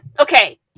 Okay